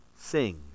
sing